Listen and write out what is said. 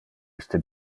iste